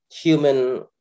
human